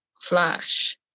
Flash